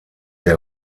der